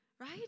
right